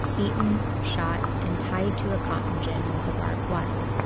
beaten, shot, and tied to a cotton gin with barbed wire.